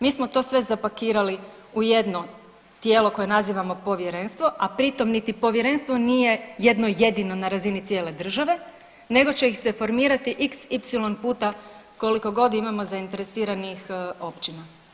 Mi smo to sve zapakirali u jedno tijelo koje nazivamo povjerenstvo, a pritom niti povjerenstvo nije jedno jedino na razini cijele države nego će ih se formirati xy puta koliko god imamo zainteresiranih općina.